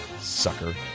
sucker